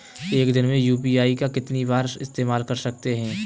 एक दिन में यू.पी.आई का कितनी बार इस्तेमाल कर सकते हैं?